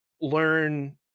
learn